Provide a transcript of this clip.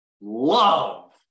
love